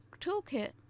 toolkit